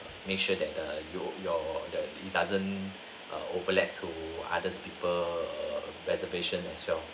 make sure that the you your the it doesn't overlap to other's people err reservations as well